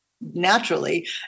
naturally